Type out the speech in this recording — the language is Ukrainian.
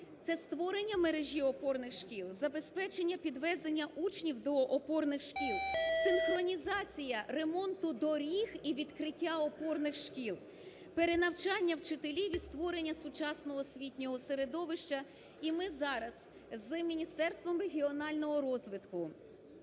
Це створення мережі опорних шкіл, забезпечення підвезення учнів до опорних шкіл, синхронізація ремонту доріг і відкриття опорних шкіл, перенавчання вчителів і створення сучасного освітнього середовища. І ми зараз з Міністерством регіонального розвитку